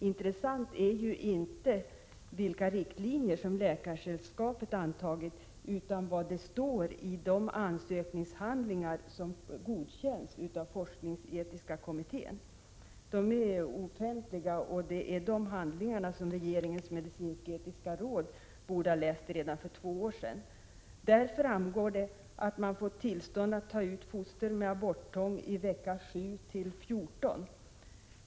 Intressant är ju inte vilka riktlinjer som Läkaresällskapet antagit utan vad det står i de ansökningshandlingar som godkänts av den forskningsetiska kommittén. De är offentliga, och de handlingarna borde regeringens medicinsk-etiska råd ha läst redan för två år sedan. Där framgår att man fått tillstånd att ta ut fostret med aborttång i vecka 7 till vecka 14.